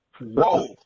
whoa